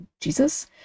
Jesus